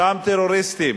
אותם טרוריסטים